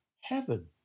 heaven